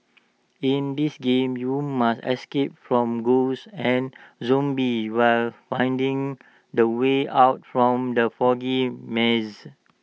in this game you must escape from ghosts and zombies while finding the way out from the foggy maze